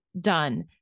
done